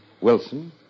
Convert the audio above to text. Wilson